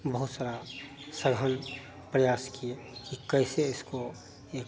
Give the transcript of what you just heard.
बहुत सारे सघन प्रयास किए कि कैसे इसको एक